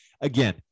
again